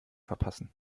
verpassen